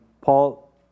Paul